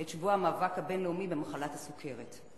את שבוע המאבק הבין-לאומי במחלת הסוכרת.